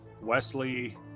Wesley